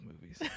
movies